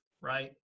right